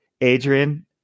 Adrian